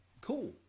cool